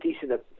decent